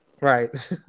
Right